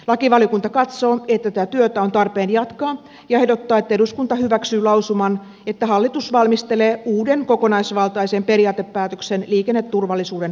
lakivaliokunta katsoo että tätä työtä on tarpeen jatkaa ja ehdottaa että eduskunta hyväksyy lausuman että hallitus valmistelee uuden kokonaisvaltaisen periaatepäätöksen liikenneturvallisuuden parantamiseksi